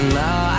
now